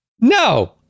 No